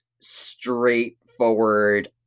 straightforward